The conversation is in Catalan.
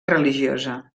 religiosa